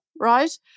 right